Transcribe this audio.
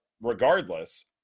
regardless